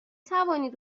توانید